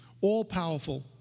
All-powerful